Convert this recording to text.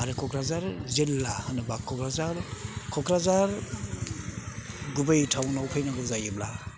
आरो क'क्राझार जिल्ला होनोबा क'क्राझार गुबै टाउनाव फैनांगौ जायोब्ला